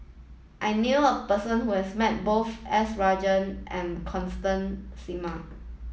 I knew a person who has met both S Rajaratnam and Constance Singam